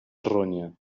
ronya